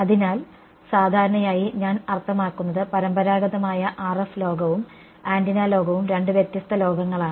അതിനാൽ സാധാരണയായി ഞാൻ അർത്ഥമാക്കുന്നത് പരമ്പരാഗതമായ RF ലോകവും ആന്റിന ലോകവും രണ്ട് വ്യത്യസ്ത ലോകങ്ങളാണ്